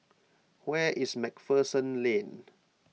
where is MacPherson Lane